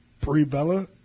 pre-Bella